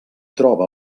troba